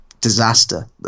disaster